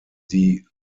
die